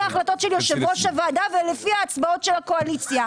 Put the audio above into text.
ההחלטות של יושב-ראש הוועדה ולפי ההצבעות של הקואליציה.